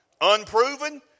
Unproven